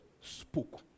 spoke